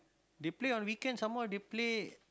they play on weekends some more they play